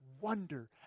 wonder